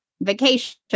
Vacation